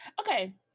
Okay